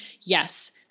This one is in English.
yes